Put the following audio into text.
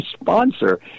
sponsor